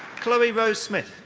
chloe rose smith.